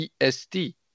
EST